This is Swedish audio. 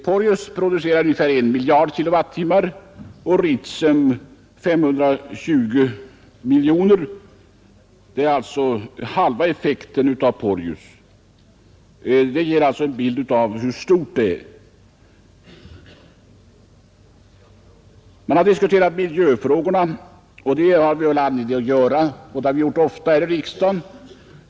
Porjus producerar säg 1 miljard kilowattimmar och Ritsem 520 miljoner kilowattimmar, således halva effekten av Porjus. Detta ger en bild av hur stort det planerade kraftverket är. Man har också diskuterat miljöfrågorna. Det har vi all anledning att göra, och det har vi ofta gjort här i riksdagen.